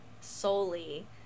solely